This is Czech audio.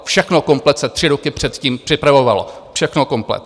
Všechno komplet se tři roky předtím připravovalo, všechno komplet.